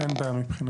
אין בעיה מבחינתנו.